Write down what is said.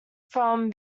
from